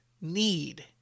need